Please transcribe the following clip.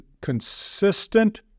consistent